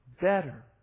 better